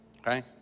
Okay